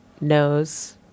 knows